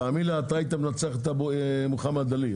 תאמין לי, אתה היית מנצח את מוחמד עלי.